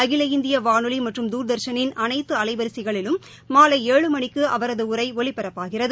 அகில இந்திய வானொலி மற்றும் தூர்தர்ஷனின் அனைத்து அலைவரிசைகளிலும் மாலை ஏழு மணிக்கு அவரது உரை ஒலிபரப்பாகிறது